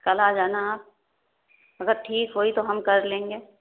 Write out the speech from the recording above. کل آ جانا آپ اگر ٹھیک ہوئی تو ہم کر لیں گے